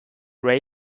race